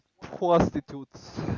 prostitutes